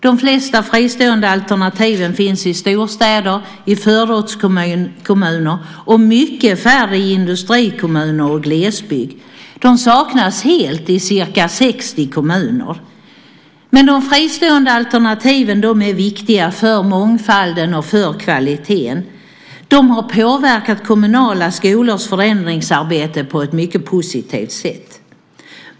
De flesta fristående alternativ finns i storstäder och i förortskommuner, och de är mycket färre i industrikommuner och glesbygd. De saknas helt i ca 60 kommuner. Men de fristående alternativen är viktiga för mångfalden och kvaliteten. De har påverkat kommunala skolors förändringsarbete på ett mycket positivt sätt.